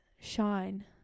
shine